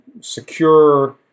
secure